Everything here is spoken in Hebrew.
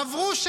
עברו,